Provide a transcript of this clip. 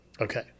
Okay